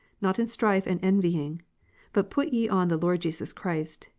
not in strife and envying but put ye on the lord jesus christ,